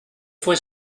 fue